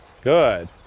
Good